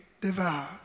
devour